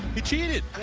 he cheated!